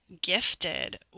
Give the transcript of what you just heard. gifted